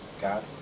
God